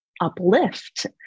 uplift